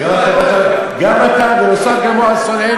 גם אתה, ונוסף גם הוא על שונאינו?